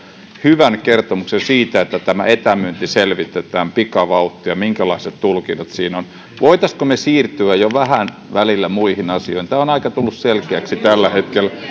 hyvän kertomuksen siitä että tämä etämyynti selvitetään pikavauhtia minkälaiset tulkinnat siinä on voisimmeko me siirtyä jo välillä vähän muihin asioihin tämä on tullut aika selkeäksi tällä hetkellä